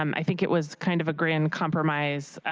um i think it was kind of a grand compromise.